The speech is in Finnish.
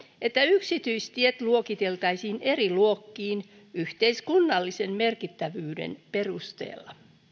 että yksityistiet luokiteltaisiin eri luokkiin yhteiskunnallisen merkittävyyden perusteella